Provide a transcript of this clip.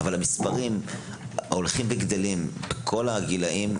אבל המספרים הולכים וגדלים בכל הגילים,